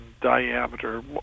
diameter